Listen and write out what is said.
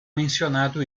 mencionado